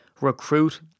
recruit